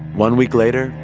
one week later,